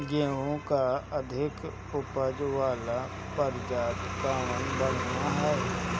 गेहूँ क अधिक ऊपज वाली प्रजाति कवन बढ़ियां ह?